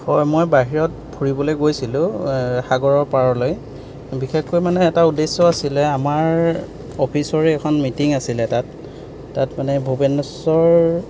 হয় মই বাহিৰত ফুৰিবলৈ গৈছিলোঁ সাগৰৰ পাৰলৈ বিশেষকৈ মানে এটা উদ্দেশ্য আছিলে আমাৰ অফিচৰে এখন মিটিং আছিলে তাত তাত মানে ভূৱেনেশ্বৰ